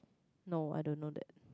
no I don't know that